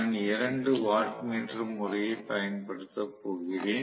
நான் 2 வாட்மீட்டர் முறையைப் பயன்படுத்தப் போகிறேன்